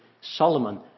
Solomon